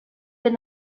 been